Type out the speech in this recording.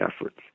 efforts